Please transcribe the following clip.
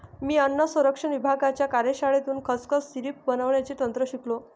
मी अन्न संरक्षण विभागाच्या कार्यशाळेतून खसखस सिरप बनवण्याचे तंत्र शिकलो